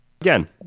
Again